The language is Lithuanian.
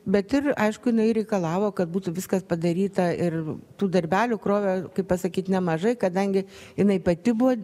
bet ir aišku jinai reikalavo kad būtų viskas padaryta ir tų darbelių krūvio kaip pasakyt nemažai kadangi jinai pati buvo